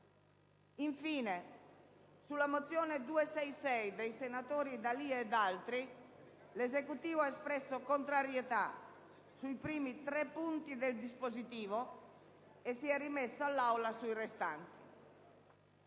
Infine, sulla mozione n. 266, dei senatori D'Alia ed altri, l'Esecutivo ha espresso contrarietà sui primi tre capoversi del dispositivo e si è rimesso all'Aula sul restante.